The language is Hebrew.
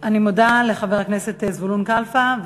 תודה לחבר הכנסת זבולון קלפה.